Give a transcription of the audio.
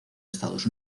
estados